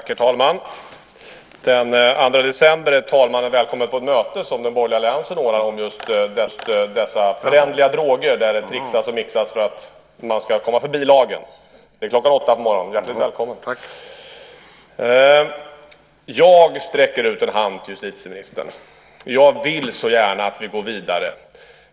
Herr talman! Den 2 december är talmannen välkommen till ett möte som den borgerliga alliansen ordnar om just dessa föränderliga droger där det tricksas och mixas för att man ska komma förbi lagen. Det är klockan åtta på morgonen. Hjärtligt välkommen. Jag sträcker ut en hand, justitieministern. Jag vill så gärna att vi går vidare.